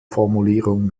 formulierung